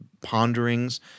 ponderings